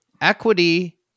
Equity